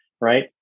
Right